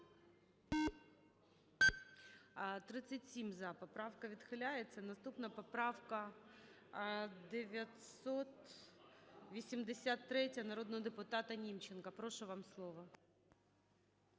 За-37 Поправка відхиляється. Наступна поправка – 983, народного депутата Німченка. Прошу, вам слово.